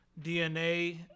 DNA